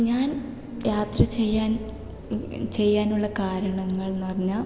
ഞാൻ യാത്ര ചെയ്യാൻ ചെയ്യാനുള്ള കാരണങ്ങളെന്ന് പറഞ്ഞാൽ